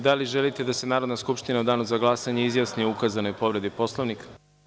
Da li želite da se Narodna skupština u danu za glasanje izjasni o ukazanoj povredi poslovnika?